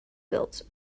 built